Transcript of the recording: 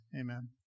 Amen